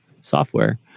software